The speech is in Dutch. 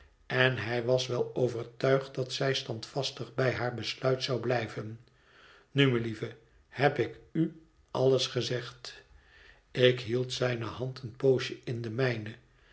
en hij was wel overtuigd dat zij standvastig bij haar besluit zou blijven nu melieve heb ik u alles gezegd ik hield zijne hand een poosje in de mijne